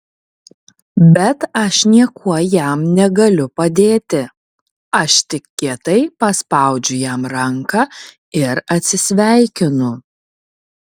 bet aš niekuo jam negaliu padėti aš tik kietai paspaudžiu jam ranką ir atsisveikinu